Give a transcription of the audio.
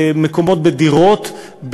מקומות בדירות,